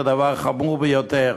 זה דבר חמור ביותר.